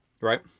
right